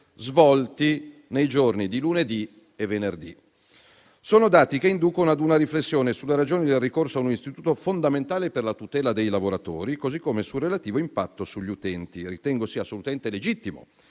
svolti nei giorni di lunedì e venerdì. Sono dati che inducono a una riflessione sulle ragioni del ricorso a un istituto fondamentale per la tutela dei lavoratori, così come sul relativo impatto sugli utenti. Ritengo sia assolutamente legittimo